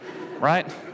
right